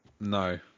No